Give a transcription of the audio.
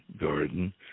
garden